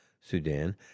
Sudan